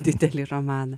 didelį romaną